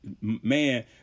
man